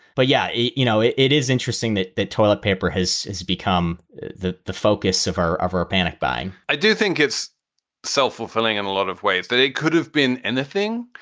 but yeah. you you know, it it is interesting that that toilet paper has become the the focus of our of our panic buying i do think it's self-fulfilling and a lot of ways that it could have been and the thing.